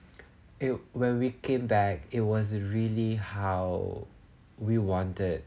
it when we came back it was a really how we wanted